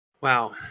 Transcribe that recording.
Wow